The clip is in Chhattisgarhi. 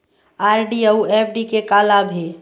आर.डी अऊ एफ.डी के का लाभ हे?